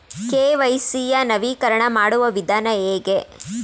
KYC ಯ ನವೀಕರಣ ಮಾಡುವ ವಿಧಾನ ಹೇಗೆ?